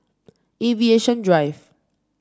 Aviation Drive